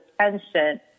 tension